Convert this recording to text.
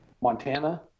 montana